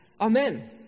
Amen